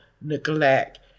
neglect